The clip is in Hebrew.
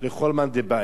לכל מאן דבעי.